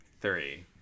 three